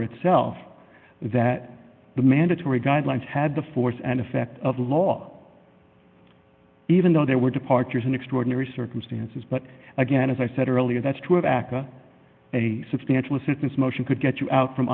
or itself that the mandatory guidelines had the force and effect of law even though there were departures in extraordinary circumstances but again as i said earlier that's true of aca a substantial assistance motion could get you out from